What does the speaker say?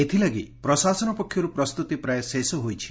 ଏଥଲାଗି ପ୍ରଶାସନ ପକ୍ଷରୁ ପ୍ରସ୍ତୁତି ପ୍ରାୟ ଶେଷ ହୋଇଛି